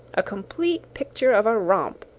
a complete picture of a romp,